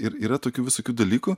ir yra tokių visokių dalykų